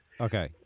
Okay